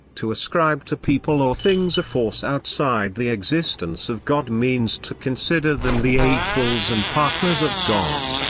to ascribe to people or things a force outside the existence of god means to consider them the equals and partners of god.